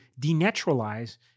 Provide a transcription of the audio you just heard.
denaturalize